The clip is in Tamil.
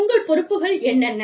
உங்கள் பொறுப்புகள் என்னென்ன